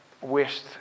wished